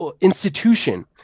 institution